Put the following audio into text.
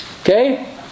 Okay